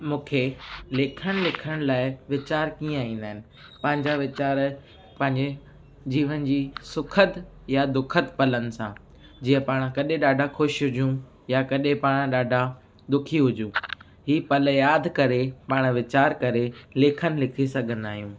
मूंखे लेखण लिखण लाइ वीचार कीअं ईंदा आहिनि पंहिंजा वीचार पंहिंजे जीवन जी सुखद या दुखद पलनि सां जीअं पाण कॾहिं ॾाढा ख़ुशि हुजूं या कॾहिं पाण ॾाढा दुखी हुजूं ही पल यादि करे पाण वीचार करे लेखन लिखी सघंदा आहियूं